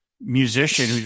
musician